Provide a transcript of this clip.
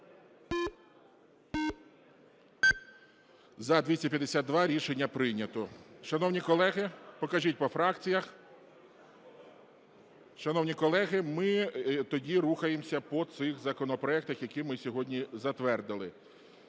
За-252 Рішення прийнято. Шановні колеги… Покажіть по фракціях. Шановні колеги, ми тоді рухаємося по цих законопроектах, які ми сьогодні затвердили.